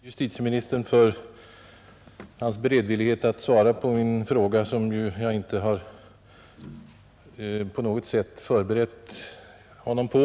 Herr talman! Jag vill gärna tacka justitieministern för hans beredvillighet att svara på min fråga, som jag inte på något sätt hade förberett honom på.